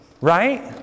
Right